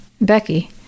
Becky